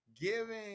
Giving